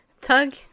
Tug